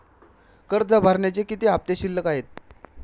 कर्ज भरण्याचे किती हफ्ते शिल्लक आहेत?